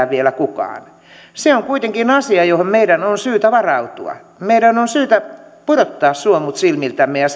vielä kukaan se on kuitenkin asia johon meidän on syytä varautua meidän on syytä pudottaa suomut silmiltämme ja